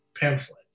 pamphlet